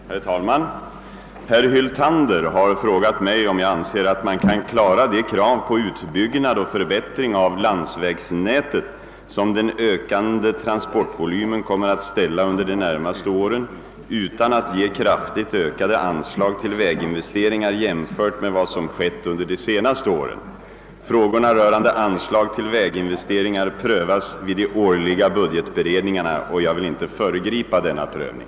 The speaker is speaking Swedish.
Herr talman! Herr Hyltander har frågat mig, om jag anser att man kan klara de krav på utbyggnad och för-. bättring av landsvägsnätet, som den ökande transportvolymen kommer att ställa under de närmaste åren, utan att ge kraftigt ökade anslag till väginvesteringar jämfört med vad. som skett under de senaste åren; Frågorna rörande anslag till väginvesteringar prövas vid de årliga budgetberedningarna och jag vill inte föregripa denna prövning.